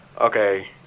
Okay